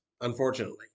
unfortunately